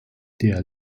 der